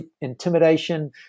intimidation